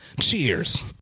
Cheers